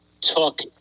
took